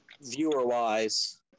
Viewer-wise